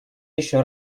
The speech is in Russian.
еще